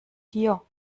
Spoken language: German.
hier